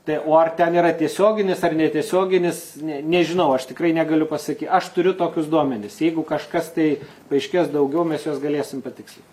tai o ten yra tiesioginis ar netiesioginis ne nežinau aš tikrai negaliu pasakyt aš turiu tokius duomenis jeigu kažkas tai paaiškės daugiau mes juos galėsim patikslint